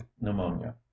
pneumonia